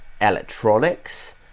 electronics